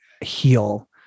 heal